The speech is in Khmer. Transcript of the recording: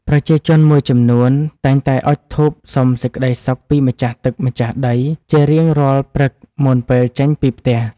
ប្រជាជនមួយចំនួនតែងតែអុជធូបសុំសេចក្តីសុខពីម្ចាស់ទឹកម្ចាស់ដីជារៀងរាល់ព្រឹកមុនពេលចេញពីផ្ទះ។